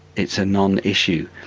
it's a non-issue.